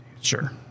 Sure